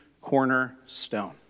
cornerstone